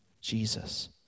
Jesus